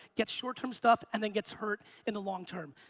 gets short-term stuff and then gets hurt in the long term.